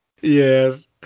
Yes